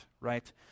right